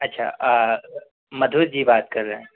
अच्छा मधु जी बात कर रहें हैं